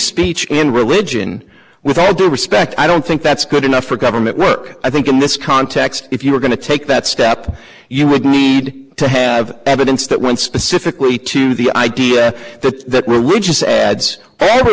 speech and religion with all due respect i don't think that's good enough for government work i think in this context if you're going to take that step you need to have evidence that one specifically to the idea that religious ads